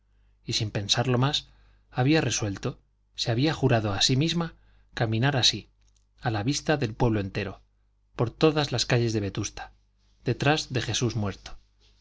y sin pensarlo más había resuelto se había jurado a sí misma caminar así a la vista del pueblo entero por todas las calles de vetusta detrás de jesús muerto